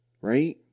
Right